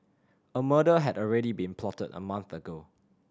a murder had already been plotted a month ago